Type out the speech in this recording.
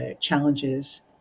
challenges